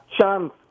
chance